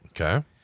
Okay